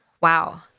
Wow